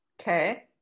Okay